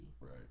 Right